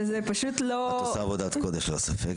וזה פשוט לא --- את עושה עבודת קודש, ללא ספק.